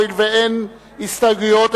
הואיל ואין הסתייגויות,